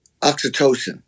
oxytocin